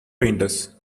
painters